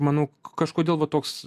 manau kažkodėl va toks